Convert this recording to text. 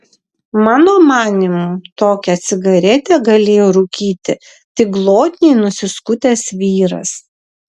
mano manymu tokią cigaretę galėjo rūkyti tik glotniai nusiskutęs vyras